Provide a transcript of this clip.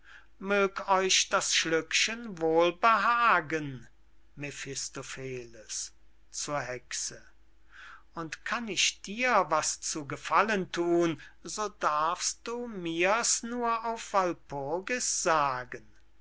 mög euch das schlückchen wohl behagen mephistopheles zur hexe und kann ich dir was zu gefallen thun so darfst du mir's nur auf walpurgis sagen